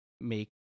make